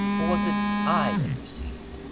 or was it i that received,